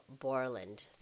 Borland